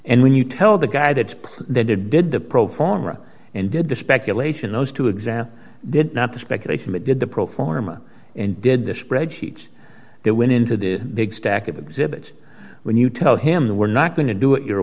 and when you tell the guy that they did did the pro forma and did the speculation those two exam did not the speculation but did the pro forma and did the spreadsheets that went into the big stack of exhibits when you tell him that we're not going to do it your